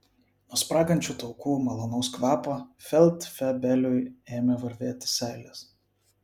nuo spragančių taukų malonaus kvapo feldfebeliui ėmė varvėti seilės